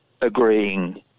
agreeing